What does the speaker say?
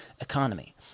economy